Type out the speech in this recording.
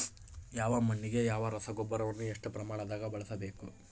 ಯಾವ ಮಣ್ಣಿಗೆ ಯಾವ ರಸಗೊಬ್ಬರವನ್ನು ಎಷ್ಟು ಪ್ರಮಾಣದಾಗ ಬಳಸ್ಬೇಕು?